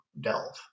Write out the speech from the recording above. delve